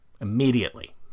Immediately